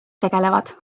tegelevad